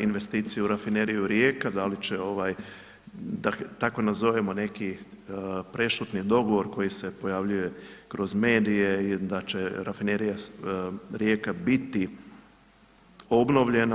investicije u Rafineriju Rijeka, da li će ovaj da tako nazovemo neki prešutni dogovor koji se pojavljuje kroz medije da će Rafinerija Rijeka biti obnovljena.